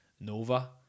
nova